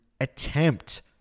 attempt